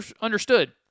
understood